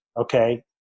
Okay